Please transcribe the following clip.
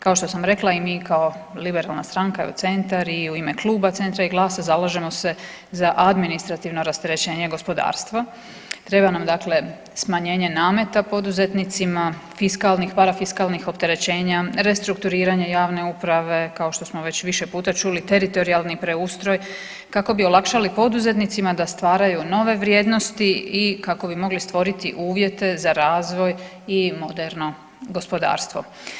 Kao što sam rekla i mi kao liberalna stranka i Centar i u ime kluba Centra i GLAS-a zalažemo se za administrativno rasterećenje gospodarstva, treba nam smanjenje nameta poduzetnicima, fiskalnih, parafiskalnih opterećenja, restrukturiranja javne uprave kao što smo već više puta čuli, teritorijalni preustroj kako bi olakšali poduzetnicima da stvaraju nove vrijednosti i kako bi mogli stvoriti uvjete za razvoj i moderno gospodarstvo.